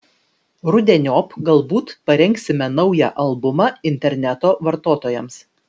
rudeniop galbūt parengsime naują albumą interneto vartotojams